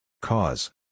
Cause